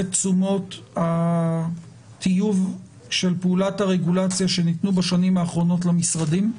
תשומות הטיוב של פעולת הרגולציה שניתנו בשנים האחרונות למשרדים.